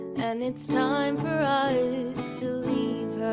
and it's time for us to leave